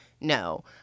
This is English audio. no